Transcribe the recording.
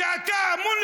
אתה מוביל עדר בהמות.